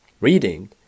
Reading